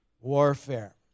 warfare